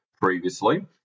previously